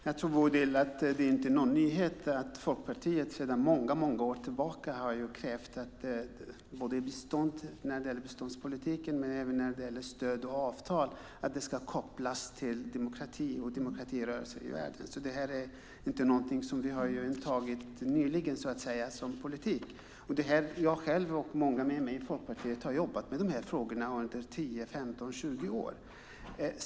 Fru talman! Jag tror inte, Bodil, att det är någon nyhet att Folkpartiet sedan många år tillbaka krävt, både när det gäller biståndspolitiken och stöd och avtal, att det ska kopplas till demokrati och demokratirörelser i världen. Det är alltså inte något som vi nyligen antagit som politik. Jag och många andra i Folkpartiet har jobbat med dessa frågor under 10, 15, 20 år.